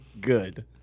good